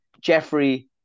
Jeffrey